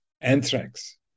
anthrax